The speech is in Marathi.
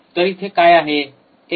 तर इथे काय आहे